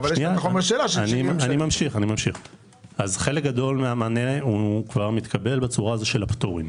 חלק גדול מהמענה כבר מתקבל בצורה של הפטורים.